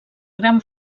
gran